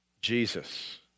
Jesus